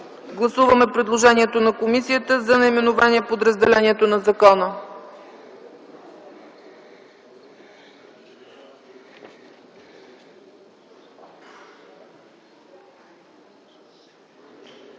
гласуваме предложението на комисията за наименованието на подразделението на закона.